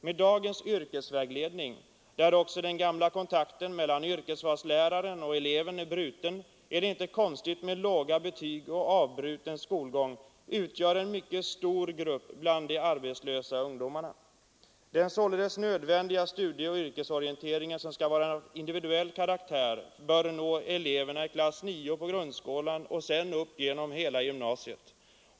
Med dagens yrkesvägledning, där också den gamla kontakten mellan yrkesvalsläraren och eleven är bruten, är det inte konstigt att de med låga betyg och avbruten skolgång utgör en mycket stor grupp bland de arbetslösa ungdomarna. Den således nödvändiga studieoch yrkesorienteringen, som skall vara av individuell karaktär, bör nå eleverna i klass nio i grundskolan och följa dem upp genom hela gymnasiet.